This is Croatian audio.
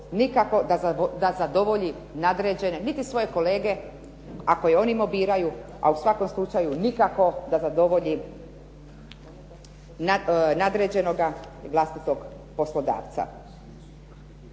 nikako da zadovolji nadređene, niti svoje kolege, ako je oni mobiraju, a u svakom slučaju, nikako da zadovolji nadređenoga vlastitog poslodavca.